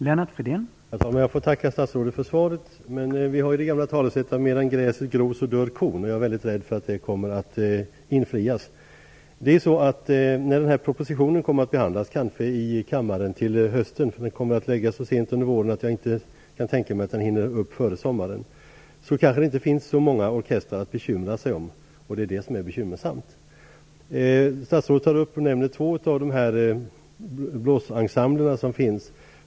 Herr talman! Jag får tacka statsrådet för svaret. Vi har det gamla talesättet, att medan gräset gror dör kon, och jag är rädd för att det kommer att infrias. När den här propositionen kommer att behandlas i kammaren, eventuellt i höst - den kommer att läggas fram så sent under våren att jag inte kan tänka mig att den kommer upp till behandling före sommaren - kanske det inte finns så många orkestrar att bekymra sig om. Det är det som är bekymmersamt. Statsrådet tar upp två av de blåsensembler som finns.